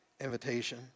invitation